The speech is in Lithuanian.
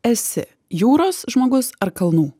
esi jūros žmogus ar kalnų